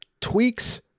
tweaks